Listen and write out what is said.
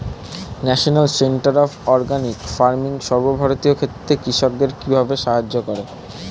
National centre of organic farming সর্বভারতীয় ক্ষেত্রে কৃষকদের কিভাবে সাহায্য করে?